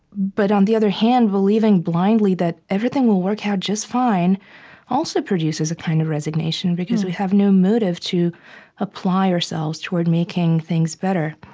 but on the other hand, believing blindly that everything will work out just fine also produces a kind of resignation because we have no motive to apply ourselves toward making things better.